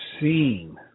seen